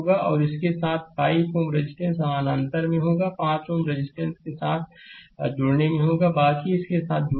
और इसके साथ 5 Ω रेजिस्टेंस समानांतर में होगा 5 Ω रेजिस्टेंस इसके साथ जुड़ने में होगा बाकी इसके साथ जुड़ेंगे